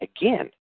Again